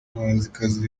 muhanzikazi